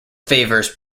favors